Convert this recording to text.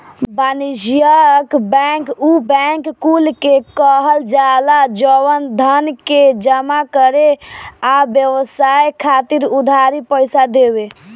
वाणिज्यिक बैंक उ बैंक कुल के कहल जाला जवन धन के जमा करे आ व्यवसाय खातिर उधारी पईसा देवे